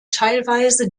teilweise